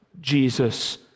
Jesus